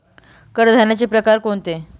कडधान्याचे प्रकार कोणते?